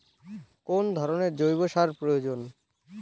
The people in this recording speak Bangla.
কোন ধরণের জৈব সার প্রয়োজন?